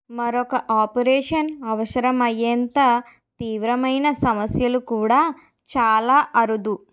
మరొక ఆపరేషన్ అవసరమైయేంత తీవ్రమైన సమస్యలు కూడా చాలా అరుదు